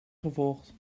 gevolgd